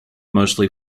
mostly